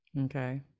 Okay